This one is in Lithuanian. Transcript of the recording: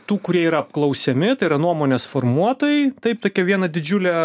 tų kurie yra apklausiami tai yra nuomonės formuotojai taip tokia viena didžiulė